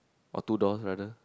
or two door rather